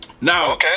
now